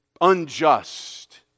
unjust